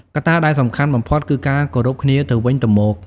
កត្តាដែលសំខាន់បំផុតគឺការគោរពគ្នាទៅវិញទៅមក។